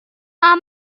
our